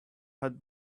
had